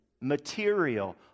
material